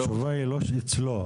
התשובה היא לא אצלו,